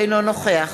אינו נוכח